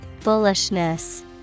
Bullishness